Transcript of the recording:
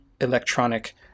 electronic